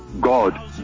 God